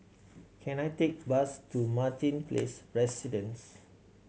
can I take bus to Martin Place Residence